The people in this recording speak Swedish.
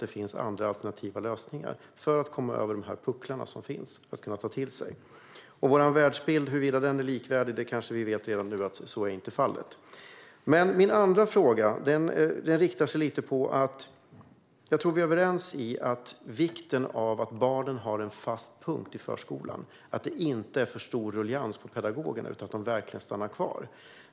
Där finns det alternativa lösningar att ta till, tycker jag, för att komma över de pucklar som finns. Huruvida våra världsbilder är likvärdiga eller ej vet vi kanske redan nu att så inte är fallet. Min andra fråga har en annan inriktning. Jag tror att vi är överens om vikten av att barnen har en fast punkt i förskolan och att det inte är för stor ruljangs bland pedagogerna, utan att de verkligen stannar kvar.